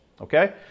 Okay